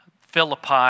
Philippi